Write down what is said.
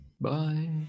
Bye